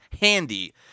handy